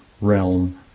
realm